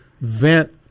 Vent